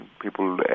people